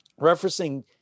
referencing